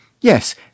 Yes